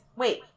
wait